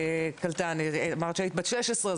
אמרת שהיית בת 16,